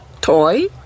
toy